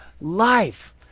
life